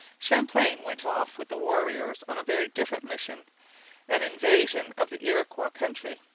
champlain went off with the warriors on a very different mission an invasion of the iroquois country.